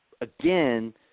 again